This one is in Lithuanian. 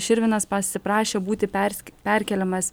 širvinas pasiprašė būti pers perkeliamas